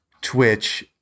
Twitch